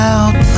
Out